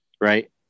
Right